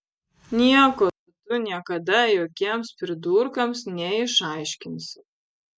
nieko tu niekada jokiems pridurkams neišaiškinsi